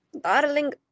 Darling